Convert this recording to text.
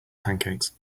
pancakes